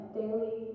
daily